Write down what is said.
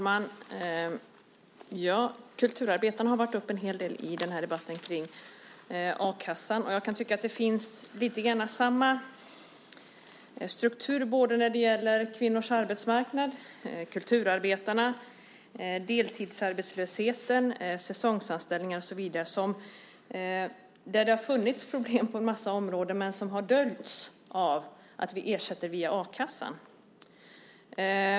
Herr talman! Det har talats en hel del om kulturarbetarna i debatten om a-kassan. Jag tycker att det finns lite grann av samma struktur både när det gäller kvinnors arbetsmarknad, kulturarbetarna, deltidsarbetslösheten, säsongsanställningarna och så vidare. Där har det funnits problem på en massa områden, men de har dolts av att vi ersätter via a-kassan.